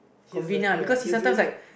he's the ya he's the he's the